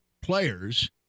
players